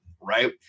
right